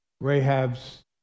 Rahab's